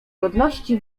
godności